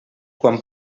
quan